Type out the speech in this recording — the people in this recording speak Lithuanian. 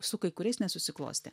su kai kuriais nesusiklostė